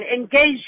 engage